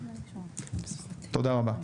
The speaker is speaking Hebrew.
תודה רבה.